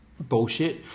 bullshit